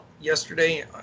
yesterday